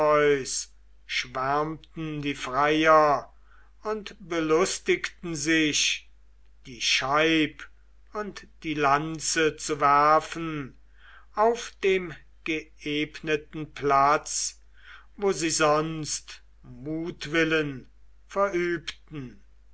schwärmten die freier und belustigten sich die scheib und die lanze zu werfen auf dem geebneten platz wo sie sonst mutwillen verübten